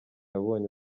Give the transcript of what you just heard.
abonye